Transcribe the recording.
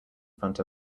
front